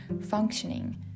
functioning